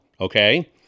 okay